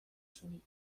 تونی